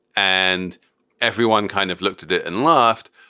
and everyone kind of looked at it and laughed.